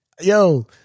Yo